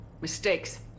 Mistakes